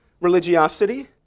Religiosity